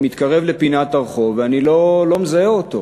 אני מתקרב לפינת הרחוב ואני לא מזהה אותו.